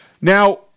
Now